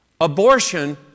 Abortion